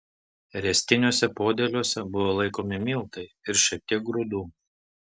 ręstiniuose podėliuose buvo laikomi miltai ir šiek tiek grūdų